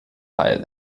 heil